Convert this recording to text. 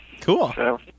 Cool